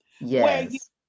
yes